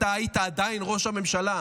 אתה היית עדיין ראש הממשלה,